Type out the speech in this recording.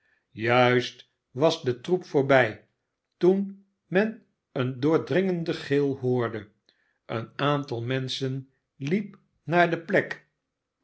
juist was de troep voorbij toen men een doordringenden gil hoorde een aantal menschen hep naar de plek